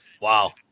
Wow